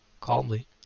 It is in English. calmly